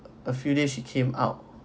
a few days she came out